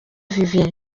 vivien